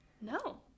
No